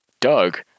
Doug